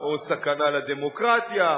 או "סכנה לדמוקרטיה",